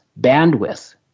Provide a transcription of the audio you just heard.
bandwidth